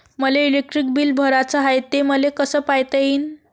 मले electric bill भराचं हाय, ते मले कस पायता येईन?